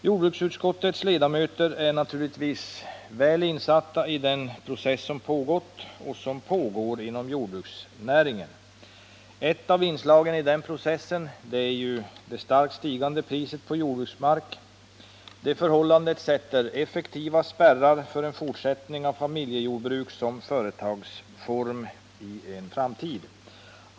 Jordbruksutskottets ledamöter är naturligtvis väl insatta i den process som pågått och pågår inom jordbruksnäringen. Ett av inslagen i denna process är det starkt stigande priset på jordbruksmark. Detta förhållande sätter effektiva spärrar för en fortsättning av familjejordbruk som företagsform i en framtid.